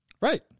right